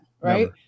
Right